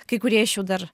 kai kurie iš jų dar